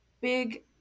big